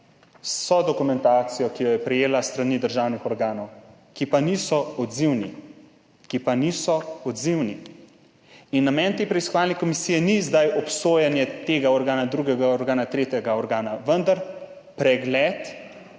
vso dokumentacijo, ki jo je prejela s strani državnih organov, ki pa niso odzivni. Namen te preiskovalne komisije ni obsojanje tega organa, drugega organa, tretjega organa, vendar pregled,